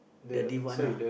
the demand lah